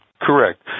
Correct